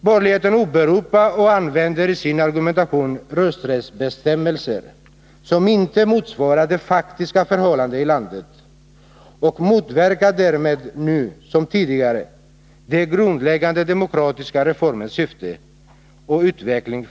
Borgerligheten åberopar och använder i sin argumentation rösträttsbestämmelser som inte motsvarar de faktiska förhållandena i landet och motverkar därmed för att slå vakt om sina klassintressen nu som tidigare de grundläggande demokratiska reformernas syfte och utveckling.